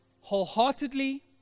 wholeheartedly